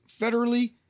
federally